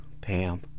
Pam